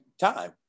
time